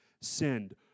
Send